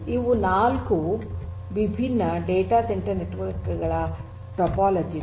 ಇವು ನಾಲ್ಕು ವಿಭಿನ್ನ ಡೇಟಾ ಲಭ್ಯವಿರುವ ಸೆಂಟರ್ ನೆಟ್ವರ್ಕ್ ಟೋಪೋಲಜೀಸ್